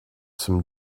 some